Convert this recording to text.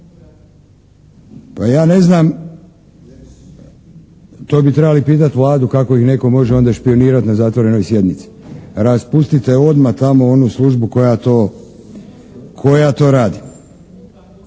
Pa ja ne znam, to bi trebali pitati Vladu kako ih netko može onda špijunirati na zatvorenoj sjednici. Raspustite odmah tamo onu službu koja to radi.